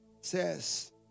says